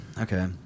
Okay